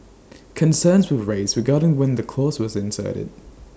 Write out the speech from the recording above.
concerns were raised regarding when the clause was inserted